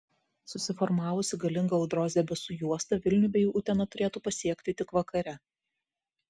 susiformavusi galinga audros debesų juosta vilnių bei uteną turėtų pasiekti tik vakare